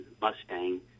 Mustang